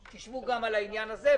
תשבו גם על העניין הזה,